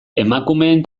emakumeen